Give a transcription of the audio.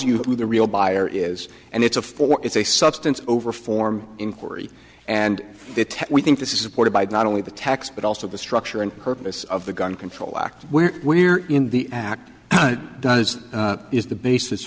who the real buyer is and it's a four it's a substance over form inquiry and we think this is supported by not only the tax but also the structure and purpose of the gun control act where we're in the act does is the basis